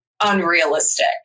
unrealistic